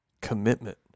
commitment